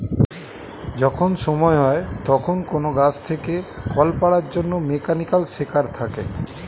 যখন সময় হয় তখন কোন গাছ থেকে ফল পাড়ার জন্যে মেকানিক্যাল সেকার থাকে